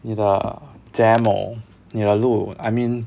你的 demo 你的录 I mean